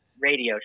radio